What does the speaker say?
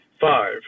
Five